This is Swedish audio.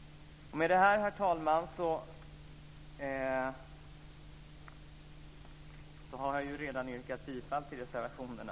Med detta, herr talman, har jag alltså redan yrkat bifall till reservationerna.